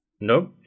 No